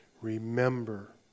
Remember